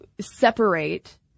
separate